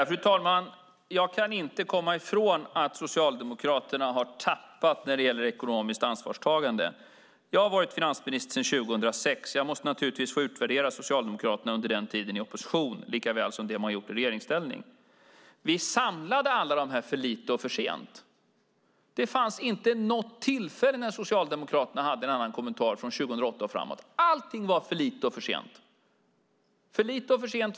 Fru talman! Jag kan inte komma ifrån att socialdemokraterna har tappat när det gäller ekonomiskt ansvarstagande. Jag har varit finansminister sedan 2006. Jag måste naturligtvis få utvärdera Socialdemokraterna under den tiden i opposition, likaväl som vad de har gjort i regeringsställning. Vi samlade alla dessa "för lite och för sent". Det fanns inte något tillfälle när Socialdemokraterna hade en annan kommentar från 2008 och framåt. Allting var för lite och för sent.